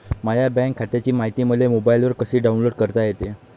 माह्या बँक खात्याची मायती मले मोबाईलवर कसी डाऊनलोड करता येते?